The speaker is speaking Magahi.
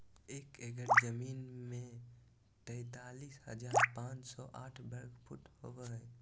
एक एकड़ जमीन में तैंतालीस हजार पांच सौ साठ वर्ग फुट होबो हइ